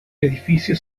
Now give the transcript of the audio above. edificio